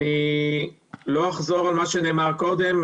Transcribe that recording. אני לא אחזור על מה שנאמר קודם.